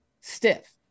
Stiff